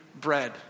bread